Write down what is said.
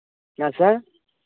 क्या सर